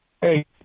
Hey